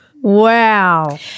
Wow